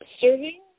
serving